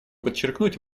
подчеркнуть